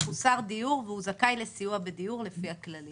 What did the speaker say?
מחוסר דיור והוא זכאי לסיוע בדיור לפי הכללים.